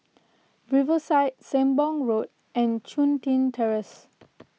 Riverside Sembong Road and Chun Tin Terrace